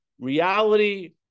Reality